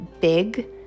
big